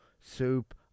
soup